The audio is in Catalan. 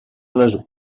les